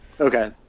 okay